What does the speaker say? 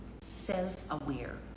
self-aware